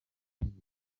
virusi